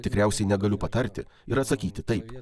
tikriausiai negaliu patarti ir atsakyti taip